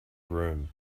room